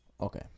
Okay